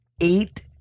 eight